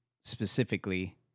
specifically